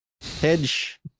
Hedge